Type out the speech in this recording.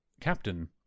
Captain